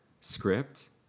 script